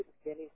skinny